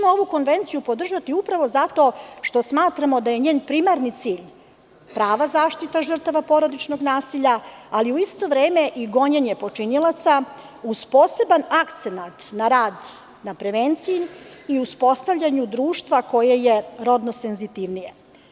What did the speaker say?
Ovu konvenciju ćemo podržati zato što smatramo da je njen primarni cilj prava zaštita žrtava porodičnog nasilja, ali u isto vreme i gonjenje počinioca uz poseban akcenat na rad, na prevenciji i uspostavljanju društva koje je rodno senzitivnije.